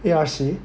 A_R_C